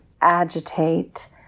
agitate